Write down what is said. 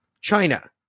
China